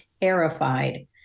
terrified